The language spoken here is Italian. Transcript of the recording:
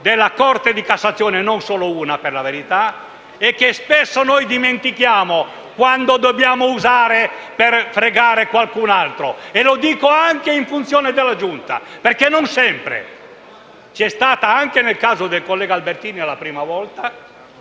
della Corte di cassazione (non solo una, per la verità) che spesso dimentichiamo quando dobbiamo fregare qualcun altro. Lo dico anche in funzione della Giunta perché, non sempre, come nel caso del collega Albertini la prima volta,